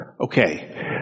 okay